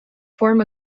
form